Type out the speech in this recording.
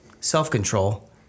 self-control